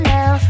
Now